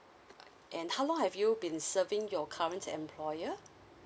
and how long have you been serving your current employer